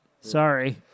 Sorry